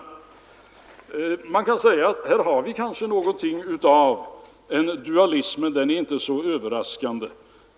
Här har vi kanske något av en dualism, men den är inte så överraskande.